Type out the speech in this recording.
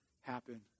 happen